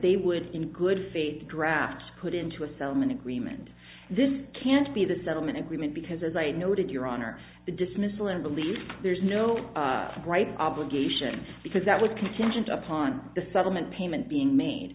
they would in good faith draft put into a settlement agreement this can't be the settlement agreement because as i noted your honor the dismissal and believe there's no right obligation because that was contingent upon the settlement payment being made